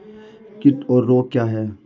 कीट और रोग क्या हैं?